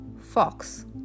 fox